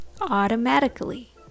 automatically